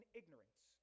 ignorance